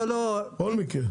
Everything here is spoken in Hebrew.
בכל מקרה.